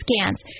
scans